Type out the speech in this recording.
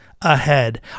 ahead